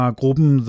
gruppen